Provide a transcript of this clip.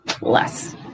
less